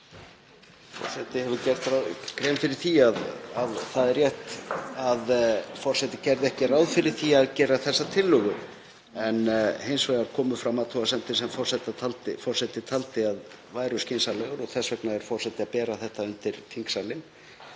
Forseti hefur gert grein fyrir því að það er rétt að forseti gerði ekki ráð fyrir því að gera þessa tillögu. Hins vegar komu fram athugasemdir sem forseti taldi að væru skynsamlegar og þess vegna er forseti að bera þetta undir þingsalinn,